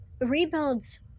rebuilds